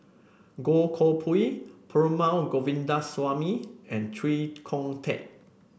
Goh Koh Pui Perumal Govindaswamy and Chee Kong Tet